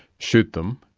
shoot them,